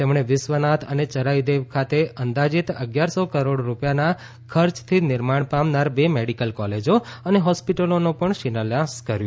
તેમણે બિસ્વનાથ અને ચરાઇદેવ ખાતે અંદાજીત અગિયાર સો કરોડ રૂપિયાના ખર્ચથી નિર્માણ પામનાર બે મેડીકલ કોલેજો અને હોસ્પિટલોનો પણ શિલાન્યાસ કર્યું